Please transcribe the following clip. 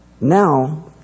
now